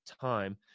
time